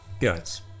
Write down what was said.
Guys